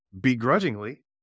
begrudgingly